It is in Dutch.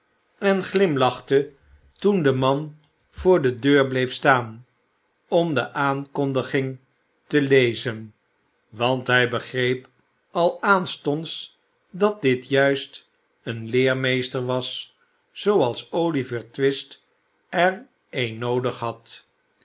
en glimlachte toen de man voor de deur bleef staan om de aankondiging te lezen want hij begreep al aanstonds dat dit juist een leermeester was zooals olivier twist er een i noodig had